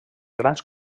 grans